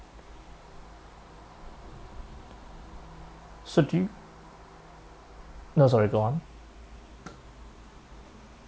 so do you no sorry go on